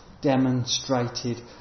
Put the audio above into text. demonstrated